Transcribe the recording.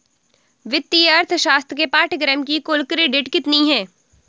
वित्तीय अर्थशास्त्र के पाठ्यक्रम की कुल क्रेडिट कितनी है?